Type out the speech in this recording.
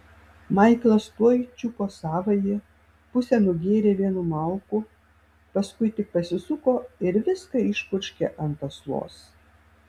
maiklas tuoj čiupo savąjį pusę nugėrė vienu mauku paskui tik pasisuko ir viską išpurškė ant aslos